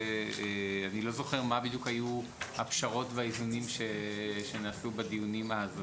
אני לא זוכר מה בדיוק היו הפשרות והאיזונים שנעשו בדיונים אז,